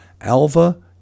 Alva